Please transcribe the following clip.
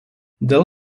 dėl